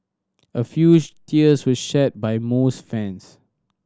a few tears were shed by most fans